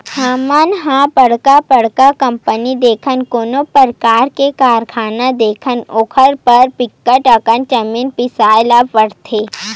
हमन ह बड़का बड़का कंपनी देखथन, कोनो परकार के कारखाना देखथन ओखर बर बिकट अकन जमीन बिसाए ल परथे